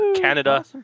Canada